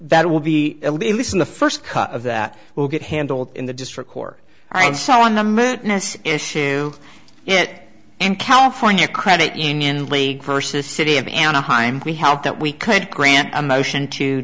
that will be at least in the first cut of that will get handled in the district court and so on the mess issue it in california credit union league versus city of anaheim we have that we could grant a motion to